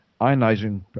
ionizing